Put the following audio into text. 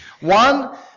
One